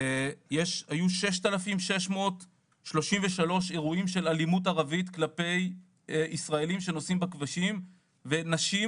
היו 6,633 אירועים של אלימות ערבית כלפיי אנשים שנוסעים בכבישים ונשים,